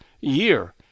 year